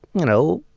you know,